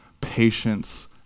patience